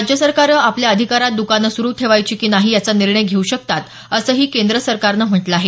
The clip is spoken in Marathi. राज्य सरकारं आपल्या अधिकारात दुकानं सुरु ठेवायची की नाही याचा निर्णय घेऊ शकतात असंही केंद्र सरकारनं म्हटलं आहे